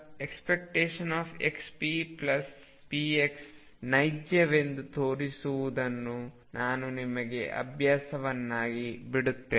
ಈಗ ⟨xppx⟩ ನೈಜವೆಂದು ತೋರಿಸುವುದನ್ನು ನಾನು ನಿಮಗೆ ಅಭ್ಯಾಸವನ್ನಾಗಿ ಬಿಡುತ್ತೇನೆ